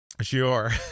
Sure